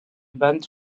band